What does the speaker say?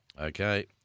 Okay